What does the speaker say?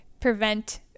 prevent